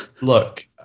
look